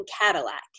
Cadillac